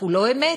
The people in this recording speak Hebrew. שכולו אמת.